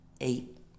eight